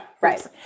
Right